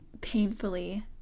painfully